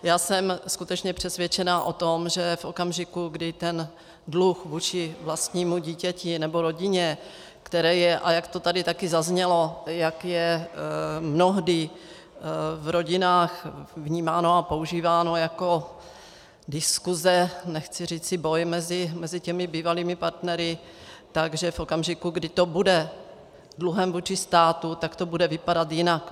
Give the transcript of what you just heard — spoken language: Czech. Já jsem skutečně přesvědčená o tom, že v okamžiku, kdy ten dluh vůči vlastnímu dítěti nebo rodině, který je, a jak to tady také zaznělo, jak je mnohdy v rodinách vnímáno a používáno jako diskuse, nechci říci boj mezi těmi bývalými partnery, že v okamžiku, kdy to bude dluhem vůči státu, tak to bude vypadat jinak.